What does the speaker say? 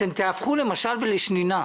אתם תיהפכו למשל ולשנינה.